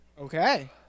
Okay